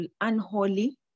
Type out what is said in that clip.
unholy